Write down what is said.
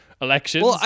elections